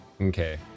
Okay